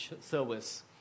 service